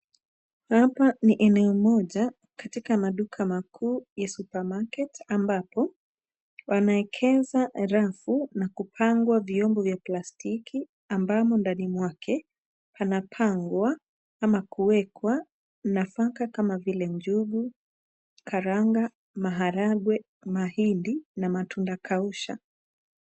Hapa ni eneo moja katika maduka makuu ya supermarket , ambapo wanaekeza rafu na kupangwa vyombo vya plastiki ambamo ndani mwake panapangwa ama kuekwa nafaka kama vile njugu, karanga, maharagwe, mahindi na matunda kausha.